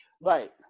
Right